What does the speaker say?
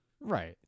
Right